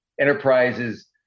enterprises